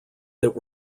that